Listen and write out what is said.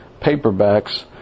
paperbacks